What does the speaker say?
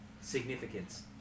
significance